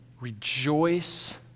Rejoice